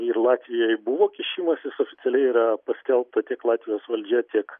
ir latvijoj buvo kišimasis oficialiai yra paskelbta tiek latvijos valdžia tiek